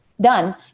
done